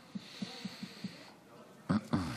אדוני